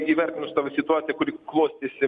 įvertinus tą situaciją kuri klostėsi